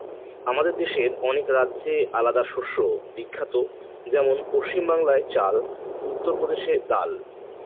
আমাদের দেশের অনেক রাজ্যে আলাদা শস্য বিখ্যাত যেমন পশ্চিম বাংলায় চাল, উত্তর প্রদেশে ডাল